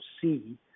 see